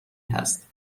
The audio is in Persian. هست